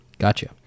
Gotcha